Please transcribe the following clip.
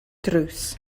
drws